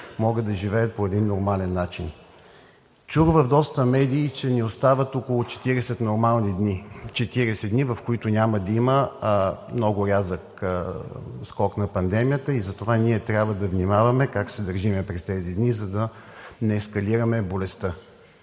могат да живеят по един нормален начин. Чух в доста медии, че ни остават около 40 нормални дни – 40 дни, в които няма да има много рязък скок на пандемията, затова ние трябва да внимаваме как се държим през тези дни, за да не ескалираме болестта.